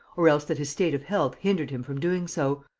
or else that his state of health hindered him from doing so,